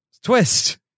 Twist